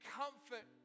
comfort